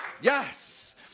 Yes